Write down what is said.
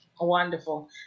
wonderful